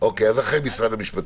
אחרי משרד המשפטים.